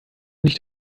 nicht